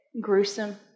gruesome